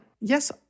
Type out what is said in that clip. Yes